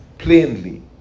Plainly